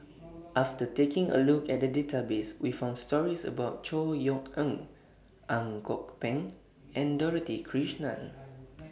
after taking A Look At The Database We found stories about Chor Yeok Eng Ang Kok Peng and Dorothy Krishnan